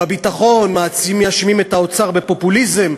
בביטחון מאשימים את האוצר בפופוליזם.